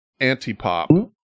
Antipop